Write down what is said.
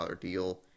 deal